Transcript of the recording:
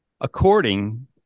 According